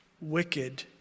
wicked